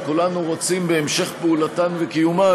וכולנו רוצים בהמשך פעולתן וקיומן,